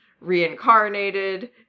reincarnated